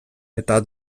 eta